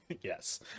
Yes